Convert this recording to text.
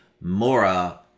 Mora